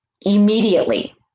immediately